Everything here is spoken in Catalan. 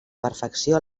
perfecció